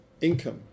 income